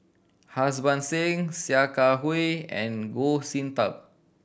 Harbans Singh Sia Kah Hui and Goh Sin Tub